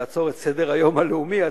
לעצור את סדר-היום הלאומי,